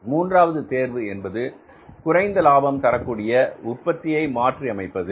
மூன்றாவது தேர்வு என்பது குறைந்த லாபம் தரக்கூடிய உற்பத்தியை மாற்றி அமைப்பது